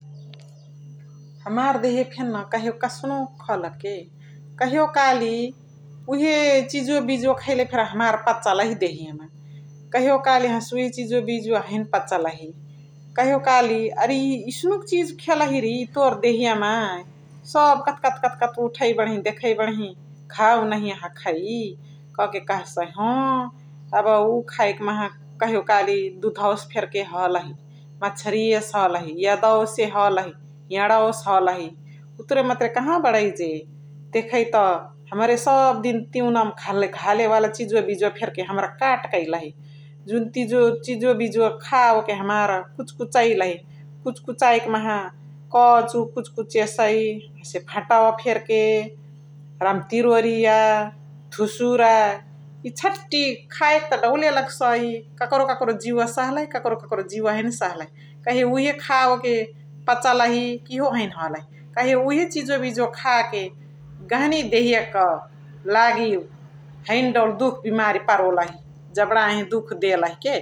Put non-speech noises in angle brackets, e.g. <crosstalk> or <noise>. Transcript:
हमार देहिया फेनी न कहियो कसनुक खलक के कहियो काली उहे चिजुवा बिजुवा कहिले फेरी हमार पचलही देहिया म कहियो काली हसे उहे चिजुवा बिजुवा हैने पचलही । कहियो काली अरि इएसनुक चिजु खेलही रि तोर देहिया मा सब कथ कथ कथ कथ उठै बणही देखइ बणही घाउ नहिया हखइ क के कहसइ ह यब उ खाइ कि माहा कहियो काली दुधवा से फेर्के हलहि, मछरिया से हलहि, यदवा से हलहि, यणौ से हलही । उतुरे मतरे कहव बणै जे देखै त हमरे सब दिन तिउना मा घाले घालेवाला चिजु फेर्के हमरा के काट कैलही । जुन <noise> चिजु बिजुवा खाओ के हमार कुच कुचइलही । कुच कुचैकी माहा कछु कुच्कुचेसइ, हसे भाटवा फेर्के, रम्तिरोरिया, धुसुरा इछाट्टी खइके दौले लग्सइ ककरो ककरो जिउवा सहलही ककरो ककरो जिउवा हैनेसहलही । कहियो उहे खाओ के पछलही किहो हैने हलही कहियो उहे चिजु बिजुवा खा के गहनी देहिया क लागि हैने दौल दुख बिमारी परोलही जबडहे दुख देलही के ।